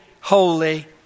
holy